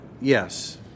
Yes